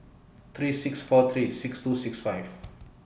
three six four three six two six five